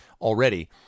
already